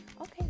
Okay